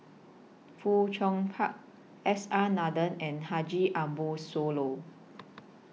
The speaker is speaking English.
Fong Chong Park S R Nathan and Haji Ambo Sooloh